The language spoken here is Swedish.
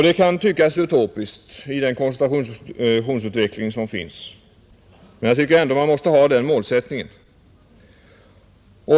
Det kan tyckas utopiskt i den koncentrationsutveckling som pågår, men jag anser ändå att man måste ha den målsättningen.